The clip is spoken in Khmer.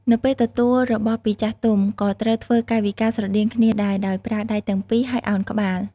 នៅពេលទទួលរបស់ពីចាស់ទុំ ក៏ត្រូវធ្វើកាយវិការស្រដៀងគ្នាដែរ ដោយប្រើដៃទាំងពីរ ហើយឱនក្បាល។